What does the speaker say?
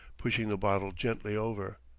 pushing the bottle gently over.